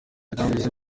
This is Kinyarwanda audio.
yambajije